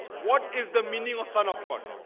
what is the meaning of son of god?